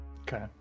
Okay